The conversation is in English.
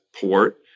port